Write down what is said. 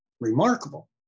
remarkable